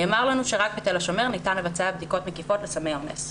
נאמר לנו שרק בתל השומר ניתן לבצע בדיקות מקיפות לסמי אונס.